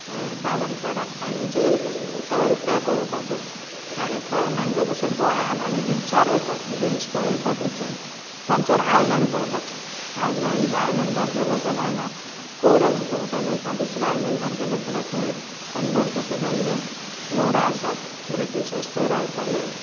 सावरकराक ताणी जेल करून दवरलो थंय तें पळोवपाक जाता आनी थंय म्हणचे जशे गोंयांत आमी बीच पळयतात वचून थंयसर आय़लॅंड पळोवपाचें आयलंड ह्या आयलंडार गेले जाल्यार हांगा कोरल्स पळोवपाक मेळटात दुसऱ्या आयलंडार गेले जाल्यार थंय खंडर कशे जाल्ले घरां आसात ब्रिटिशर्ज थंय रावताले